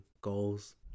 goals